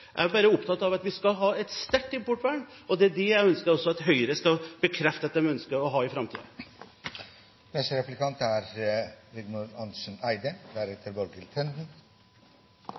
jeg er bare opptatt av at vi skal ha et sterkt importvern. Det er det jeg ønsker at også Høyre skal bekrefte at de ønsker å ha i framtiden. Kristelig Folkeparti er